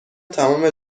تمام